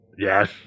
Yes